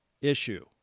issue